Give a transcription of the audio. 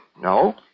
No